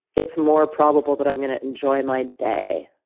it's more probable that i'm gonna enjoy my day.